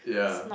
yeah